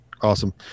Awesome